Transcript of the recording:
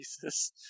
Jesus